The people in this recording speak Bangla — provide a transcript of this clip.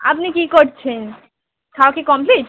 আপনি কি করছেন খাওয়া কি কমপ্লিট